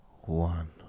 one